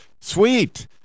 sweet